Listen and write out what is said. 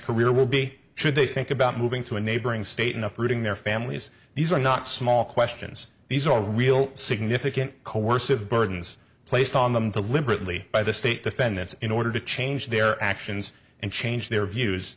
career will be should they think about moving to a neighboring state in uprooting their families these are not small questions these are real significant coercive burdens placed on them to liberally by the state defendants in order to change their actions and change their views